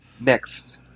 Next